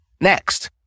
Next